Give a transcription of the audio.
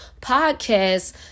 podcast